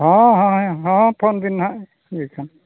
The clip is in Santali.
ᱦᱚᱸ ᱦᱚᱸ ᱦᱚᱸ ᱯᱷᱳᱱ ᱵᱤᱱ ᱱᱟᱦᱟᱜ ᱩᱱ ᱡᱚᱠᱷᱚᱱ